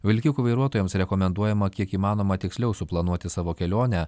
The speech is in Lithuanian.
vilkikų vairuotojams rekomenduojama kiek įmanoma tiksliau suplanuoti savo kelionę